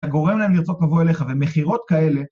אתה גורם להם לרצות לבוא אליך, ומכירות כאלה...